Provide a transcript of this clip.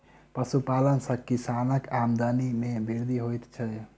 पशुपालन सॅ किसानक आमदनी मे वृद्धि होइत छै